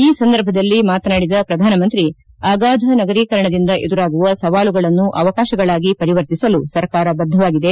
ಈ ಸಂದರ್ಭದಲ್ಲಿ ಮಾತನಾಡಿದ ಪ್ರಧಾನಮಂತ್ರಿ ಅಗಾಧ ನಗರೀಕರಣದಿಂದ ಎದುರಾಗುವ ಸವಾಲುಗಳನ್ನು ಅವಕಾಶಗಳಾಗಿ ಪರಿವರ್ತಿಸಲು ಸರ್ಕಾರ ಬದ್ಧವಾಗಿದೆ